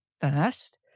first